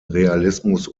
realismus